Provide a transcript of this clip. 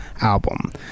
album